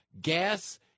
gas